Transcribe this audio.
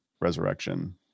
resurrection